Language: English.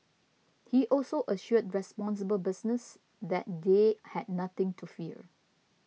he also assured responsible business that they had nothing to fear